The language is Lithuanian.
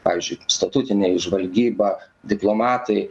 pavyzdžiui statutiniai žvalgyba diplomatai